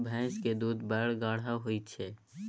भैंस केर दूध बड़ गाढ़ होइ छै